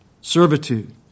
servitude